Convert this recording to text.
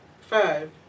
five